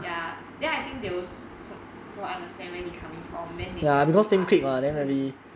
ya then I think they will so so understand where he's coming from then they wont ask him mm